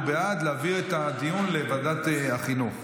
הוא בעד להעביר את הדיון לוועדת החינוך.